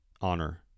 honor